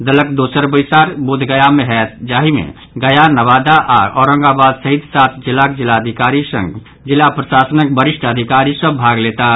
दलक दोसर बैसर बोधगया मे होयत जाहि मे गया नवादा आओर औरंगाबाद सहित सात जिलाक जिलाधिकारीक संग जिला प्रशासनक वरिष्ठ अधिकारी सभ भाग लेताह